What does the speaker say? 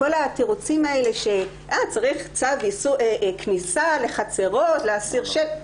כל התירוצים האלה של צריך צו כניסה לחצרות להסיר שלטים,